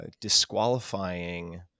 disqualifying